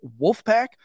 Wolfpack